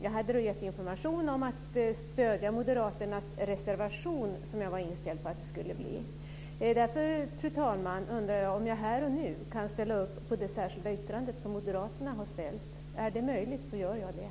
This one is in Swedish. Jag hade gett information om att stödja Moderaternas reservation, som jag var inställd på att det skulle bli. Fru talman! Jag undrar därför om jag här och nu kan ställa mig bakom det särskilda yttrande som Moderaterna har gjort. Är det möjligt så gör jag det.